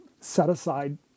set-aside